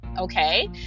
okay